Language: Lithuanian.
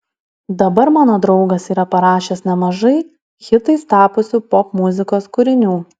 dabar mano draugas yra parašęs nemažai hitais tapusių popmuzikos kūrinių